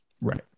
right